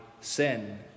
sin